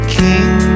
king